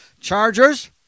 chargers